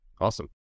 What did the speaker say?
Awesome